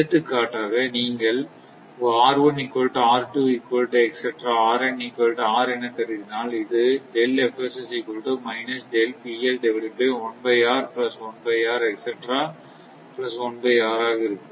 எடுத்துக்காட்டாக நீங்கள் என கருதினால் இது ஆக இருக்கும்